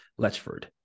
Letchford